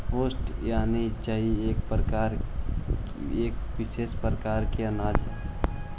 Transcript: oats यानि जई एक विशेष प्रकार के अनाज हइ